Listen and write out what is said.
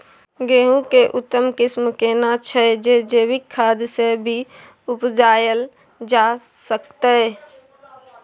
गेहूं के उत्तम किस्म केना छैय जे जैविक खाद से भी उपजायल जा सकते?